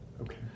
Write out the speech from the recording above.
Okay